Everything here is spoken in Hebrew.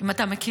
אם אתה מכיר.